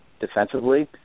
Defensively